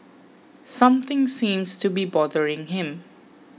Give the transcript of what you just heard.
something seems to be bothering him